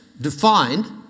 Defined